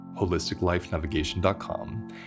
holisticlifenavigation.com